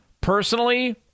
Personally